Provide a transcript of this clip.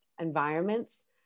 environments